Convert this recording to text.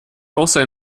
also